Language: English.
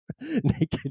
naked